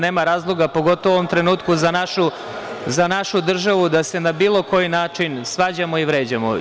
Nema razloga, pogotovo u ovom trenutku za našu državu da se na bilo koji način svađamo i vređamo.